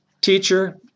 Teacher